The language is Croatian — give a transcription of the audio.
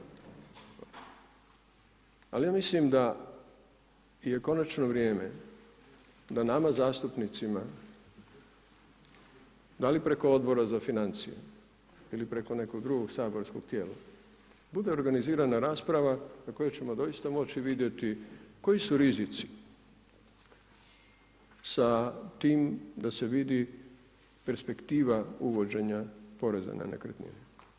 Ali ja mislim da je konačno vrijeme na nama zastupnicima da li preko Odbora za financije ili preko nekog drugog saborskog tijela, bude organizirana rasprava na kojoj ćemo doista moći vidjeti koji su rizici sa tim da se vidi perspektiva uvođenja Poreza na nekretnine.